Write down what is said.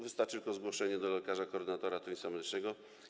Wystarczy tylko zgłoszenie do lekarza koordynatora ratownictwa medycznego.